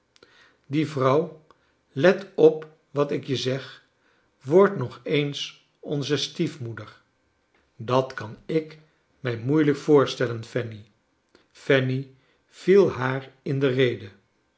die vrouw let op wat ik je zeg wordt nog eens onze stief moeder dat kan ik mij moeilijk voorstellen fanny fanny viel haar in de rede